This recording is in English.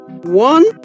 One